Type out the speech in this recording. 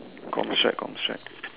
comms check comms check